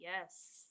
yes